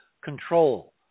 control